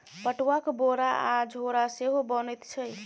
पटुआक बोरा आ झोरा सेहो बनैत छै